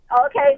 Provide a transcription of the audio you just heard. Okay